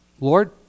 Lord